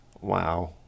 Wow